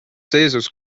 seisus